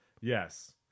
Yes